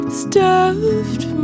stuffed